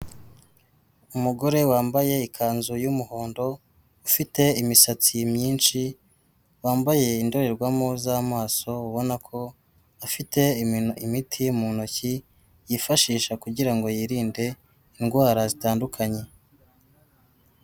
Umugore wambaye ikanzu y'umuhondo ufite imisatsi myinshi, wambaye indorerwamo z'amaso ubona ko afite imiti mu ntoki yifashisha kugira ngo yirinde indwara zitandukanye.